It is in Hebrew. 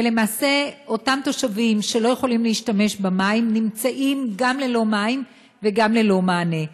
ולמעשה אותם תושבים שלא יכולים להשתמש במים הם גם ללא מים וגם ללא מענה.